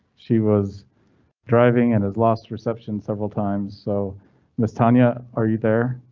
she was driving in his last reception several times, so miss tonya are you there?